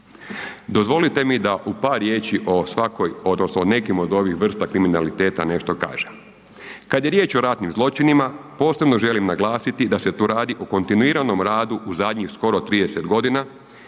Dozvolite mi da u par riječi o svakoj odnosno nekim od ovih vrsta kriminaliteta nešto kažem. Kad je riječ o ratnim zločinima posebno želim naglasiti da se tu radi o kontinuiranom radu u zadnjih skoro 30 godina,